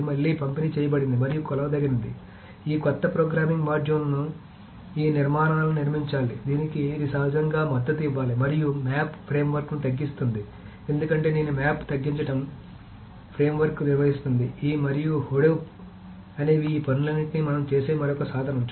ఇది మళ్లీ పంపిణీ చేయబడింది మరియు కొలవదగినది ఈ కొత్త ప్రోగ్రామింగ్ మాడ్యూల్లోనే ఈ నిర్మాణాలను నిర్మించాలి దీనికి ఇది సహజంగా మద్దతు ఇవ్వాలి మరియు మ్యాప్ ఫ్రేమ్వర్క్ను తగ్గిస్తుంది ఎందుకంటే నేను మ్యాప్ తగ్గించడం ఫ్రేమ్వర్క్ నిర్వహిస్తుంది ఈ మరియు హడూప్ అనేవి ఈ పనులన్నింటినీ మనం చేసే మరొక సాధనం